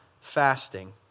fasting